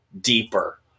deeper